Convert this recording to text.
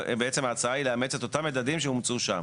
ההצעה היא לאמץ את אותם המדדים שאומצו שם,